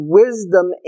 wisdom